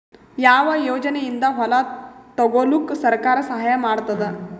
ಯಾವ ಯೋಜನೆಯಿಂದ ಹೊಲ ತೊಗೊಲುಕ ಸರ್ಕಾರ ಸಹಾಯ ಮಾಡತಾದ?